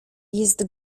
jest